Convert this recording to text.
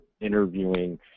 interviewing